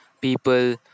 people